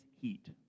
heat